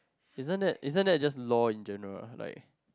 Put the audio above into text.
isn't that isn't that just law in general like